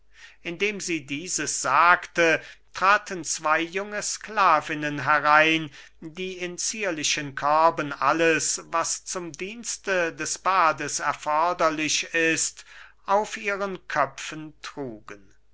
indem sie dieß sagte traten zwey junge sklavinnen herein die in zierlichen körben alles was zum dienste des bades erforderlich ist auf ihren köpfen trugen